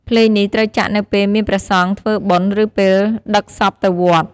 ភ្លេងនេះត្រូវចាក់នៅពេលមានព្រះសង្ឃធ្វើបុណ្យ ឬពេលដឹកសពទៅវត្ត។